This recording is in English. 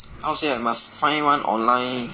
how to say ah must find one online